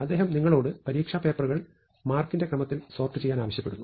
അദ്ദേഹം നിങ്ങളോട് പരീക്ഷാ പേപ്പറുകൾ മാർക്കിന്റെ ക്രമത്തിൽ സോർട് ചെയ്യാൻ ആവശ്യപ്പെടുന്നു